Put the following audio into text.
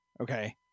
Okay